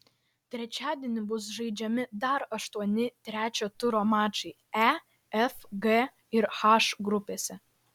trečiadienį bus žaidžiami dar aštuoni trečio turo mačai e f g ir h grupėse